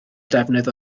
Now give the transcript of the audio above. ddefnydd